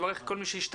מברך את כל מי שהשתתף.